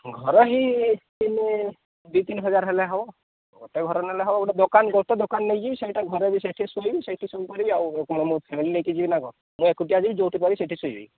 ଘର ହିଁ ତିନି ଦିଇ ତିନି ହଜାର ହେଲେ ହବ ଗୋଟେ ଘର ନେଲେ ହବ ଗୋଟେ ଦୋକାନ ଗୋଟେ ଦୋକାନ ନେଇକି ସେଇଟା ଘରେ ବି ସେଠି ଶୋଇବି ସେଠି ସବୁ କରିବି ଆଉ କ'ଣ ମୁଁ ଫ୍ୟାମିଲି ନେଇକି ଯିବି ନା କ'ଣ ମୁଁ ଏକୁଟିଆ ଯିବି ଯେଉଁଠି ପାରିବି ସେଠି ଶୋଇବି